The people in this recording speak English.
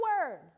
word